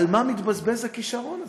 על מה מתבזבז הכישרון הזה?